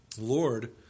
Lord